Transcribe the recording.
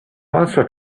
also